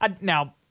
Now